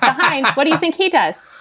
ah high. what do you think he does?